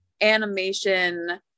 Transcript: animation